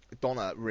Donna